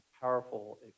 powerful